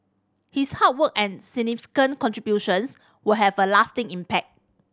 his hard work and significant contributions will have a lasting impact